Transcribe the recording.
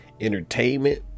entertainment